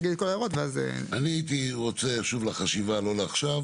אני הייתי רוצה שוב, לחשיבה, לא לעכשיו